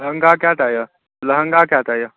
लहॅंगा कय टा लहॅंगा कय टा अय